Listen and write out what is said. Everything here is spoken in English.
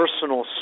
personal